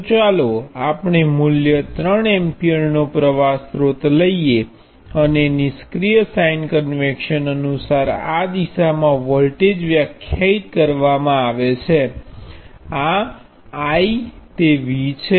તો ચાલો આપણે મૂલ્ય 3 એમ્પિયરનો પ્રવાહ સ્ત્રોત લઈએ અને નિષ્ક્રિય સાઇન કન્વેક્શન અનુસાર આ દિશામાં વોલ્ટેજ વ્યાખ્યાયિત કરવામાં આવે છે આ I તે V છે